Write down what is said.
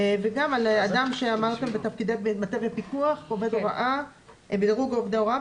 אדם בתפקידי מטה ופיקוח בדירוג עובדי הוראה,